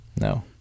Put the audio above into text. No